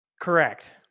Correct